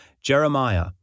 Jeremiah